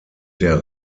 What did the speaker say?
der